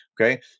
Okay